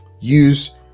use